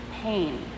pain